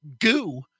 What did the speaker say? goo